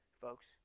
folks